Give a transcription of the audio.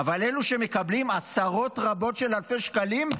אבל אלה שמקבלים עשרות רבות של אלפי שקלים,